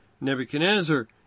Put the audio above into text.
Nebuchadnezzar